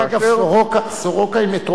"סורוקה" זה כבר מטרופולין,